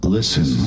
Listen